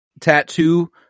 tattoo